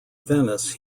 venice